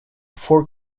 four